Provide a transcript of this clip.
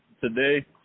today